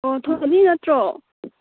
ꯑꯣ ꯊꯣꯏꯕꯤ ꯅꯠꯇ꯭ꯔꯣ